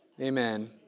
Amen